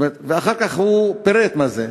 ואחר כך הוא פירט מה זה,